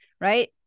right